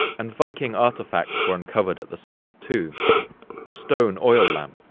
and viking artifacts were uncovered at the site, too a stone oil lamp,